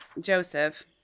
Joseph